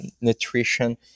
nutrition